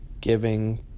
Giving